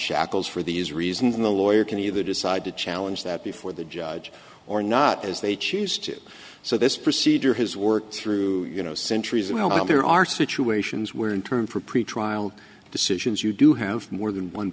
shackles for these reasons and the lawyer can either decide to challenge that before the judge or not as they choose to do so this procedure has worked through you know centuries and i know there are situations where in turn for pretrial decisions you do have more than one